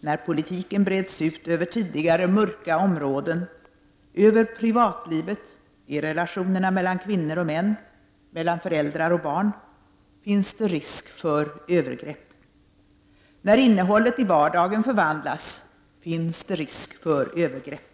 När politiken breds ut över tidigare mörka områden — över privatlivet, i relationerna mellan kvinnor och män, mellan föräldrar och barn, finns det risk för övergrepp. När innehållet i vardagen förvandlas finns det risk för övergrepp.